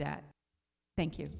that thank you